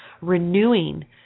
renewing